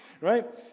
right